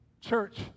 Church